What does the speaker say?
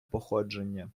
походження